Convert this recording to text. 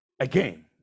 Again